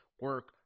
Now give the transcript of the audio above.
Work